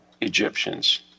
Egyptians